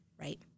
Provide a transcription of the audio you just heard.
right